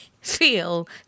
feel